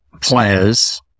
players